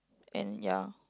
and ya